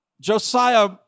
Josiah